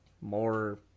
more